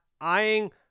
eyeing